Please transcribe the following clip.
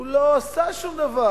הוא לא עשה שום דבר.